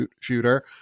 shooter